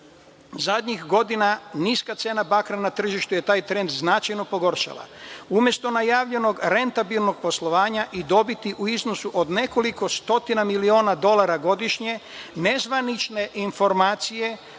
godina niska cena bakra na tržištu je taj trend značajno pogoršala. Umesto najavljenog rentabilnog poslovanja i dobiti u iznosu od nekoliko stotina miliona dolara godišnje, nezvanične informacije